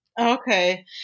Okay